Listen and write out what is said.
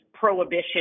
Prohibition